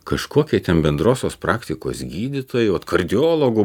kažkokie ten bendrosios praktikos gydytojai vat kardiologu